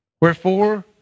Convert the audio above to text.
Wherefore